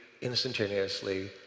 instantaneously